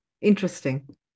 interesting